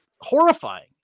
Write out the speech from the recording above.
horrifying